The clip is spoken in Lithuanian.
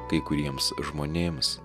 kai kuriems žmonėms